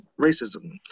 racism